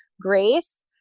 grace